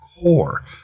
core